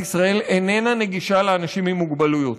ישראל איננה נגישה לאנשים עם מוגבלויות.